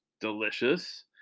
delicious